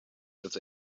with